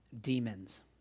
demons